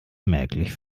merklich